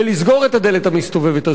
כמובן, לסגור, הם לא בעלי מקצוע.